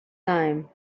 time